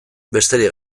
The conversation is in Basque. besterik